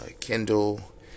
Kindle